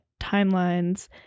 timelines